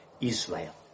Israel